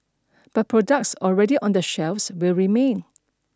but products already on the shelves will remain